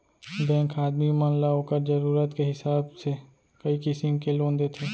bank ह आदमी मन ल ओकर जरूरत के हिसाब से कई किसिम के लोन देथे